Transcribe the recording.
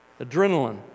adrenaline